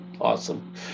Awesome